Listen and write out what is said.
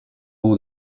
all